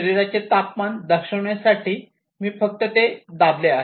शरीराचे तापमान दर्शविण्यासाठी मी ते फक्त दाबले आहे